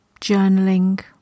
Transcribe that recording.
journaling